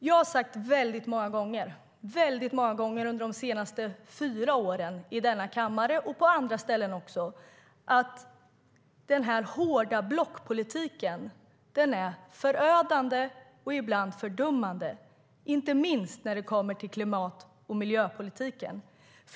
Jag har sagt många gånger under de senaste fyra åren - i denna kammare och även på andra ställen - att den hårda blockpolitiken är förödande och ibland fördummande, inte minst när det kommer till klimat och miljöpolitiken.